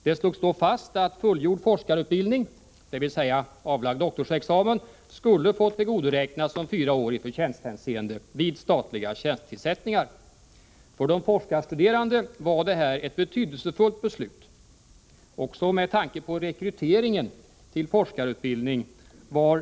Det slogs då fast att fullgjord forskarutbildning, dvs. avlagd doktorsexamen, skulle få tillgodoräknas som fyra år i förtjänsthänseende vid statliga tjänstetillsättningar. För de forskarstuderande var detta ett betydelsefullt beslut. Ställningstagandet var viktigt också med tanke på rekryteringen till forskarutbildning.